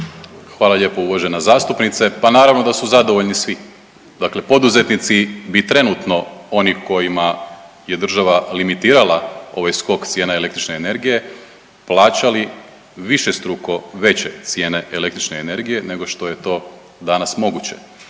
Hvala lijepo uvažena zastupnice. Pa naravno da su zadovoljni svi. Dakle, poduzetnici bi trenutno oni kojima je država limitirala ovaj skok cijena električne energije plaćali višestruko veće cijene električne energije nego što je to danas moguće.